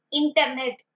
internet